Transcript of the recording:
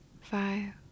five